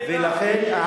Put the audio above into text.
ולכן,